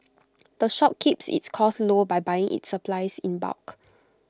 the shop keeps its costs low by buying its supplies in bulk